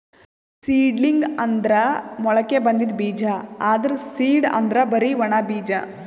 seedling ಅಂದ್ರ ಮೊಳಕೆ ಬಂದಿದ್ ಬೀಜ, ಆದ್ರ್ ಸೀಡ್ ಅಂದ್ರ್ ಬರಿ ಒಣ ಬೀಜ